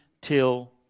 till